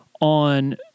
on